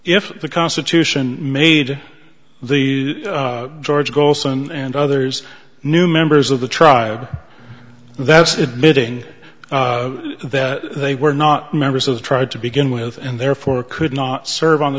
if the constitution made the george golson and others new members of the tribe that's admitting that they were not members of tried to begin with and therefore could not serve on the